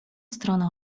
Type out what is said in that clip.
stronę